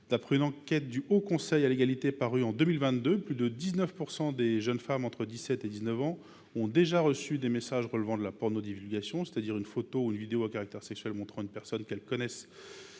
D’après une enquête du Haut Conseil à l’égalité entre les femmes et les hommes parue en 2022, plus de 19 % des jeunes femmes entre 17 et 19 ans ont déjà reçu des messages relevant de la pornodivulgation, c’est à dire une photo ou une vidéo à caractère sexuel montrant une personne qu’elles connaissent